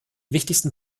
wichtigsten